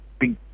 big